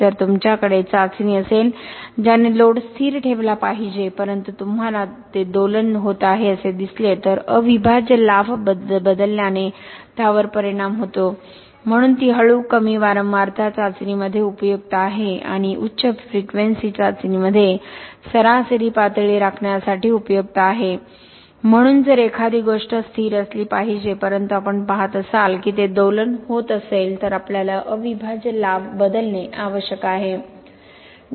जर तुमच्याकडे चाचणी असेल ज्याने लोड स्थिर ठेवला पाहिजे परंतु तुम्हाला ते दोलन होत आहे असे दिसले तर अविभाज्य लाभ बदलल्याने त्यावर परिणाम होतो म्हणून ती हळू कमी वारंवारता चाचणीमध्ये उपयुक्त आहे आणि उच्च फ्रिक्वेंसी चाचणीमध्ये सरासरी पातळी राखण्यासाठी उपयुक्त आहे म्हणून जर एखादी गोष्ट स्थिर असली पाहिजे परंतु आपण पाहत असाल की ते दोलन होत असेल तर आपल्याला अविभाज्य लाभ बदलणे आवश्यक आहे